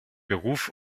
beruf